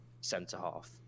centre-half